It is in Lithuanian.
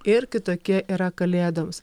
ir kitokie yra kalėdoms